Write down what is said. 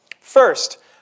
First